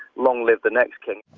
long live the next king.